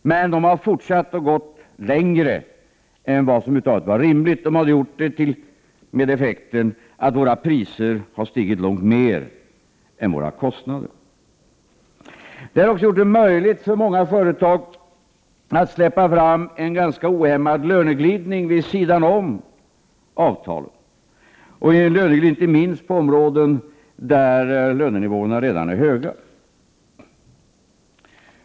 Men de har fortsatt och gått längre än vad som över huvud taget var rimligt, och det har fått effekten att våra priser har stigit långt mer än våra kostnader. Det har också gjort det möjligt för många företag att släppa fram en ganska ohämmad löneglidning vid sidan av avtalet, inte minst på områden där lönenivåerna redan är höga.